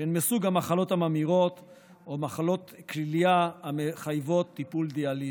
שהן מסוג המחלות הממאירות או מחלות כליה המחייבות טיפול דיאליזה.